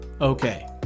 Okay